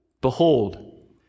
Behold